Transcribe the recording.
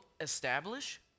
establish